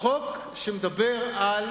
הצעת חוק שמדברת על